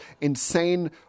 insane